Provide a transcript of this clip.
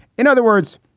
in other words,